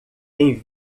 tem